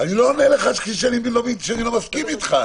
אני לא עונה לך, --- להגיד שאני לא מסכים אתך.